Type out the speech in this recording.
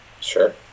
Sure